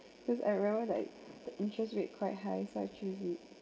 because I remember like the interest rate quite high so choose it